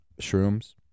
shrooms